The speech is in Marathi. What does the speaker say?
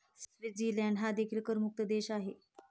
स्वित्झर्लंड हा देखील करमुक्त देश आहे